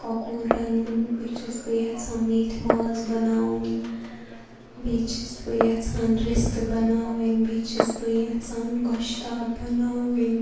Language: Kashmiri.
کۄکُر رَنُن بیٚیہِ چھَس بہٕ یَژھان میتھِ ماز بَناوُن بیٚیہِ چھَس بہٕ یَژھان رِستہٕ بَناوٕنۍ بیٚیہِ چھَس بہٕ یَژھان گۄشتاب بَناوٕنۍ